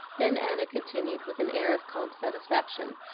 then anna continued, with an air of calm satisfaction,